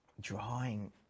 drawing